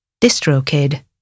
DistroKid